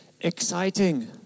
exciting